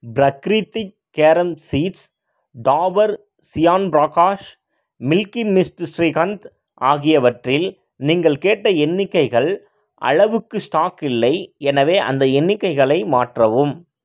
Prakriti carom seeds Dabur chyawanprash Milky Mist shrikhand ஆகியவற்றில் நீங்கள் கேட்ட எண்ணிக்கைகள் அளவுக்கு ஸ்டாக் இல்லை எனவே அந்த எண்ணிக்கைகளை மாற்றவும்